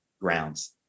grounds